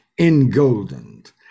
engoldened